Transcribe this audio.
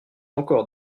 encore